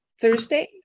Thursday